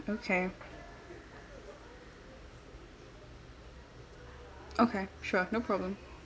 okay okay sure no problem